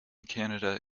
canada